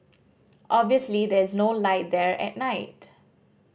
obviously there is no light there at night